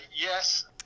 Yes